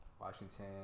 Washington